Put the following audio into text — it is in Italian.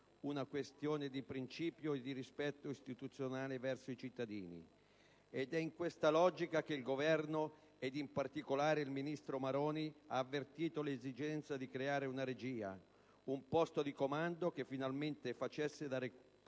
una questione di principio e di rispetto istituzionale verso i cittadini. È in questa logica che da parte dell'Esecutivo, ed in particolare del ministro Maroni, si è avvertita l'esigenza di creare una regia, un posto di comando che finalmente facesse da raccordo